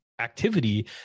activity